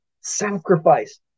sacrifice